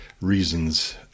reasons